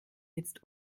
jetzt